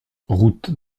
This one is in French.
route